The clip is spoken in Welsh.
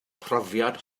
profiad